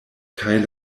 kaj